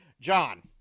John